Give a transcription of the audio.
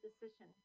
decision